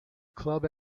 club